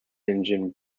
engine